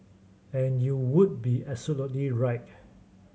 and you would be absolutely right